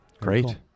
Great